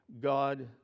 God